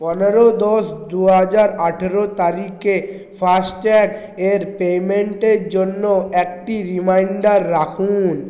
পনেরো দশ দু হাজার আঠারো তারিখে ফাস্ট্যাগ এর পেইমেন্টের জন্য একটি রিমাইন্ডার রাখুন